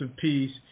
piece